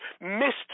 missed